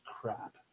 crap